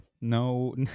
No